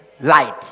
light